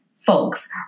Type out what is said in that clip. folks